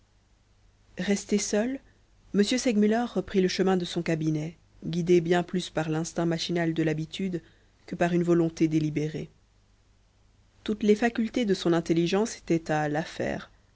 resté seul m segmuller reprit le chemin de son cabinet guidé bien plus par l'instinct machinal de l'habitude que par une volonté délibérée toutes les facultés de son intelligence étaient à l'affaire